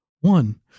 one